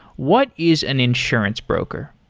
what is an insurance broker?